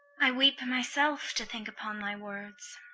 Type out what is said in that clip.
i weep myself, to think upon thy words.